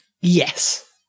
Yes